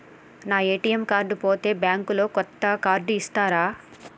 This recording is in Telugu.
నా ఏ.టి.ఎమ్ కార్డు పోతే బ్యాంక్ లో కొత్త కార్డు ఇస్తరా?